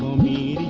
me